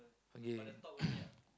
okay